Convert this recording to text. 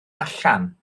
allan